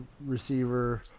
receiver